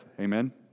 Amen